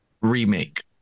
remake